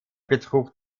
betrug